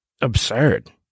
absurd